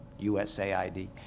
USAID